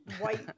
white